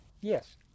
Yes